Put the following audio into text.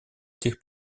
этих